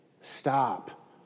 stop